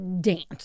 dance